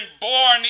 born